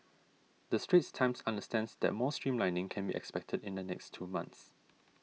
the Straits Times understands that more streamlining can be expected in the next two months